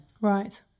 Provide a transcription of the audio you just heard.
Right